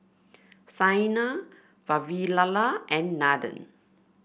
Saina Vavilala and Nathan